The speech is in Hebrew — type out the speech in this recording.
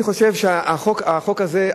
אני חושב שהחוק הזה,